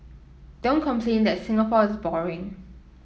don't complain that Singapore is boring